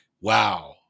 wow